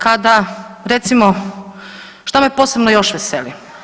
Kada recimo, što me posebno još veseli?